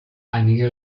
einige